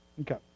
okay